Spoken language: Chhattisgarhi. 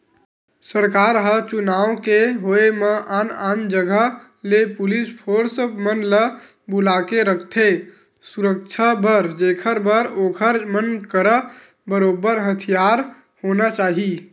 सरकार ह चुनाव के होय म आन आन जगा ले पुलिस फोरस मन ल बुलाके रखथे सुरक्छा बर जेखर बर ओखर मन करा बरोबर हथियार होना चाही